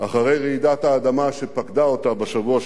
אחרי רעידת האדמה שפקדה אותה בשבוע שעבר.